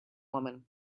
woman